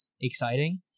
exciting